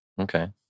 okay